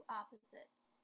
opposites